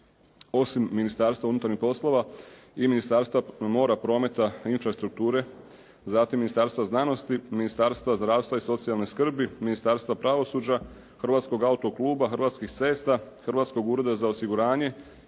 osim Ministarstva unutarnjih poslova i Ministarstva mora, prometa, infrastrukture, zatim Ministarstva znanosti, Ministarstva zdravstva i socijalne skrbi, Ministarstva pravosuđe, Hrvatskog autokluba, Hrvatskih cesta, Hrvatskog ureda za osiguranje